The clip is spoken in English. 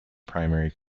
primary